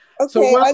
Okay